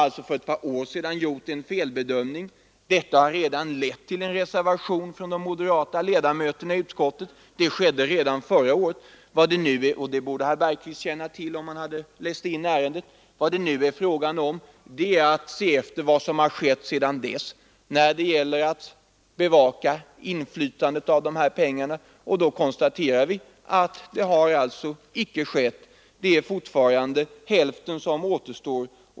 Regeringen gjorde 1971 en felbedömning. Detta har redan lett till en reservation från de moderata ledamöterna i utskottet — det skedde förra året, och det borde herr Bergqvist känna till om han hade läst in ärendet. Vad det nu gäller är vad som skett sedan dess i fråga om att bevaka att köpeskillingen erläggs. Nu kostaterar vi att hälften av köpeskillingen fortfarande återstår.